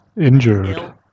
Injured